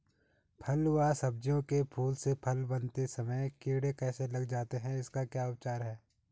फ़ल व सब्जियों के फूल से फल बनते समय कीड़े कैसे लग जाते हैं इसका क्या उपचार है?